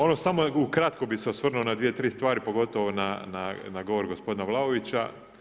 Ono samo ukratko bi se osvrnuo na dvije, tri stvari pogotovo na govor gospodina Vlaovića.